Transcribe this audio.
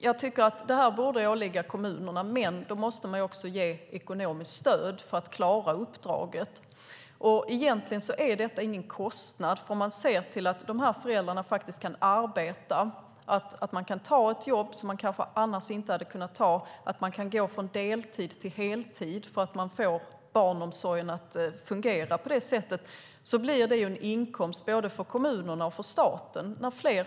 Jag tycker att det här borde åligga kommunerna, men då måste man också ge ekonomiskt stöd för att de ska klara uppdraget. Egentligen är detta ingen kostnad, om man ser till att de här föräldrarna faktiskt kan arbeta, att de kan ta ett jobb som de kanske annars inte hade kunnat ta, att de kan gå från deltid till heltid för att de får barnomsorgen att fungera. När fler kan arbeta blir det helt enkelt en inkomst både för kommunerna och för staten.